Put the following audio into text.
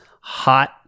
hot